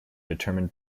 determined